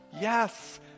yes